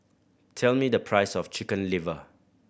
tell me the price of Chicken Liver